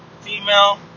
female